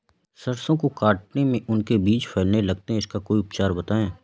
सरसो को काटने में उनके बीज फैलने लगते हैं इसका कोई उपचार बताएं?